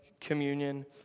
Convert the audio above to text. communion